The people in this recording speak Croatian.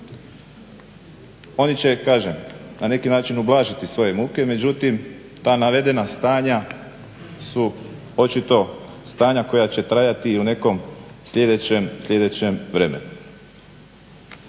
Oni će kažem na neki način ublažiti svoje muke, međutim ta navedena stanja su očito stanja koja će trajati i u nekom sljedećem vremenu.